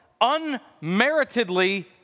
unmeritedly